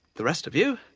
the rest of you